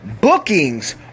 bookings